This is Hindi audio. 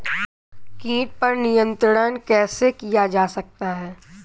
कीट पर नियंत्रण कैसे किया जा सकता है?